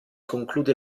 conclude